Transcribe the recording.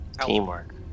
Teamwork